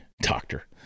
doctor